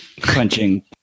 crunching